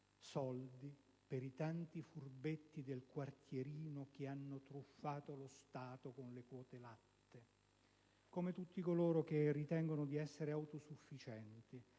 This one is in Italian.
soldi per i tanti furbetti del quartierino che hanno truffato lo Stato con le quote latte. Come tutti coloro che ritengono di essere autosufficienti